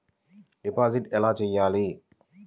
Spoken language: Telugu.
డిపాజిట్ ఎలా చెయ్యాలి?